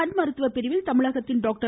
கண் மருத்துவம் பிரிவில் தமிழகத்தின் டாக்டர்